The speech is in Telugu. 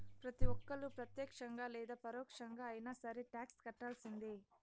ప్రతి ఒక్కళ్ళు ప్రత్యక్షంగా లేదా పరోక్షంగా అయినా సరే టాక్స్ కట్టాల్సిందే